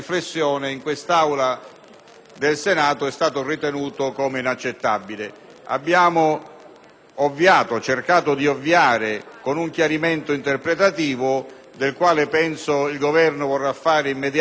Abbiamo cercato di ovviare con un chiarimento interpretativo del quale penso il Governo vorrà fare immediato tesoro, ma forse sarebbe stato più opportuno stralciare interamente